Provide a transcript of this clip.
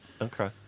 Okay